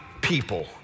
people